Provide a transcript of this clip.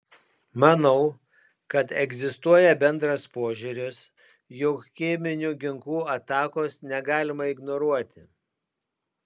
manau kad egzistuoja bendras požiūris jog cheminių ginklų atakos negalima ignoruoti